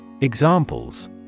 Examples